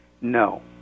No